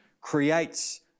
creates